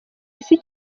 isi